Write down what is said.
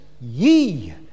ye